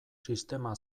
sistema